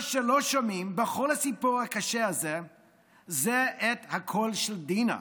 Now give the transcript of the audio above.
מה שלא שומעים בכל הסיפור הקשה הזה הוא הקול של דינה.